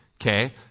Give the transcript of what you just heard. okay